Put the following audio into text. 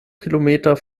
kilometer